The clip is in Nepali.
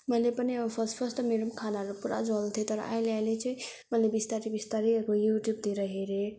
मैले पनि अब फर्स्ट फर्स्ट त मेरो पनि खानाहरू त पुरा जल्थ्यो तर अहिले अहिले चाहिँ मैले बिस्तारी बिस्तारी अब युट्युबतिर हेरेँ